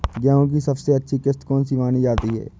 गेहूँ की सबसे अच्छी किश्त कौन सी मानी जाती है?